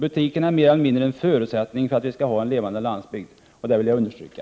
Butiken är mer eller mindre en förutsättning för att vi skall ha en levande landsbygd. Det vill jag understryka.